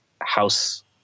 house